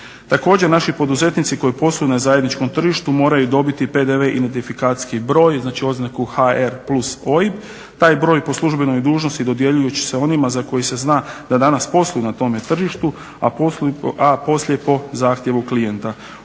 Također, naši poduzetnici koji posluju na zajedničkom tržištu moraju dobiti PDV identifikacijski broj, znači oznaku HR+ OIB, taj broj po službenoj dužnosti dodjeljivat će se onima za koje se zna da danas posluju na tome tržištu, a poslije po zahtjevu klijenta.